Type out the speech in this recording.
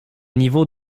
niveau